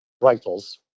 rifles